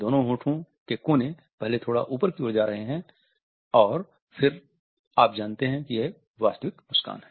दोनो होंठों के कोने पहले थोड़ा ऊपर की ओर जा रहे है और फिरआप जानते हैं कि यह एक वास्तविक मुस्कान है